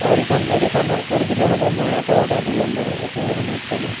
অঁ refund refund কৰি দিলেই হ'ব মই আকৌ অৰ্ডাৰ দি ল'ম বাৰু একো সমস্যা নাই